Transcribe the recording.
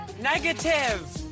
Negative